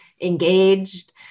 engaged